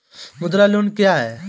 मुद्रा योजना क्या है?